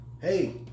hey